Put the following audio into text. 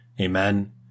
Amen